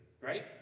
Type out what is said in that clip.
right